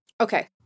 okay